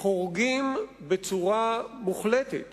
וחורגים בצורה מוחלטת